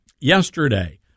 yesterday